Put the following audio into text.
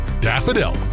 Daffodil